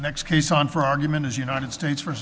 next case on for argument is united states